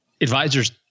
Advisors